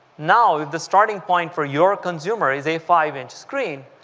now, the starting point for your consumer is a five inch screen,